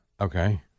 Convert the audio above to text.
Okay